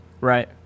Right